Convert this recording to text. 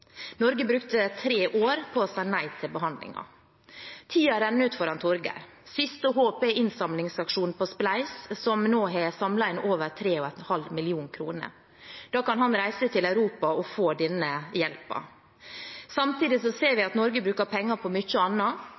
Norge brukte tre år på å si nei til behandlingen. Tiden renner ut for Torger. Siste håp er innsamlingsaksjonen på Spleis, som nå har samlet inn over 3,5 mill. kr. Da kan han reise til Europa og få denne hjelpen. Samtidig ser vi at Norge bruker penger på